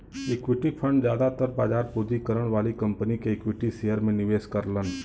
equity fund जादातर बाजार पूंजीकरण वाली कंपनी के इक्विटी शेयर में निवेश करलन